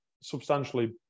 substantially